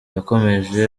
yakomeje